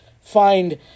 find